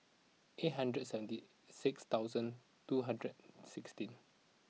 eight hundred seventy six thousand two hundred sixteen